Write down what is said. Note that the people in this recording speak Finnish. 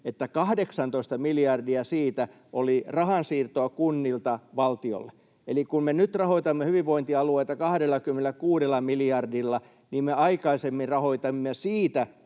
että 18 miljardia siitä oli rahansiirtoa kunnilta valtiolle. Eli kun me nyt rahoitamme hyvinvointialueita 26 miljardilla, niin me aikaisemmin rahoitimme siitä